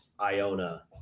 Iona